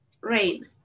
Rain